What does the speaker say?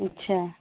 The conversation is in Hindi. अच्छा